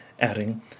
adding